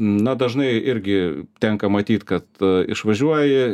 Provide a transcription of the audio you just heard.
na dažnai irgi tenka matyt kad išvažiuoji